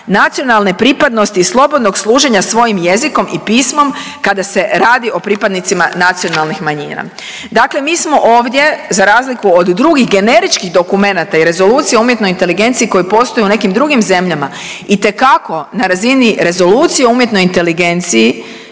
nacionalne pripadnosti i slobodnog služenja svojim jezikom i pismom kada se radi o pripadnicima nacionalnih manjina. Dakle mi smo ovdje za razliku od drugih generičkih dokumenata i rezolucija o umjetnoj inteligenciji koji postoje u nekim drugim zemljama itekako na razine rezolucije o umjetnoj inteligenciji